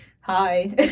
hi